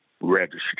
register